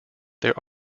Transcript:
there